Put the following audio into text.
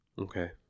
Okay